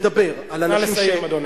נא לסיים, אדוני.